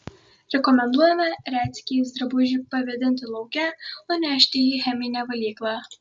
rekomenduojame retsykiais drabužį pavėdinti lauke nunešti į cheminę valyklą